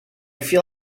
feel